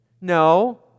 no